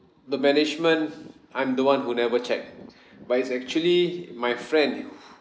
the management I'm the one who never check but it's actually my friend